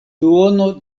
duono